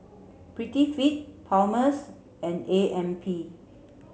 Prettyfit Palmer's and A M P